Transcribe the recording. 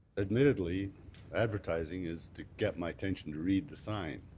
admittedly advertising is to get my attention to read the sign.